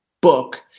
book